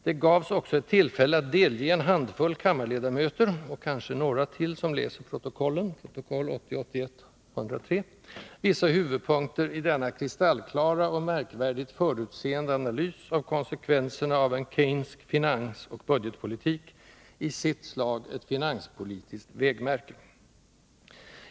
Det gavs också ett tillfälle att delge en handfull kammarledamöter och kanske några till, som läser protokollen , vissa huvudpunkter i denna kristallklara och märkvärdigt förutseende analys av konsekvenserna av en Keynesiansk finansoch budgetpolitik — i sitt slag ett finanspolitiskt ”vägmärke”.